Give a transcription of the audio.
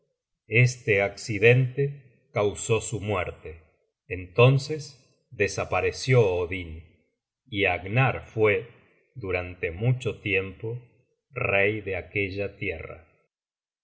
este accidente causó su muerte entonces desapareció odin y agnar fue durante mucho tiempo rey de aquella tierra